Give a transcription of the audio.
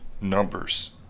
numbers